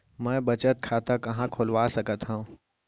मै बचत खाता कहाँ खोलवा सकत हव?